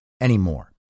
anymore